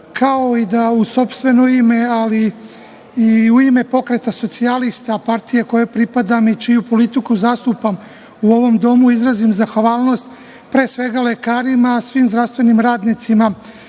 kao i da u sopstveno ime, ali i u ime Pokreta socijalista, partije kojoj pripadam i čiju politiku zastupam u ovom domu, izrazim zahvalnost, pre svega lekarima, svim zdravstvenim radnicima,